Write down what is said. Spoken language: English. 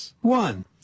one